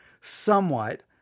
somewhat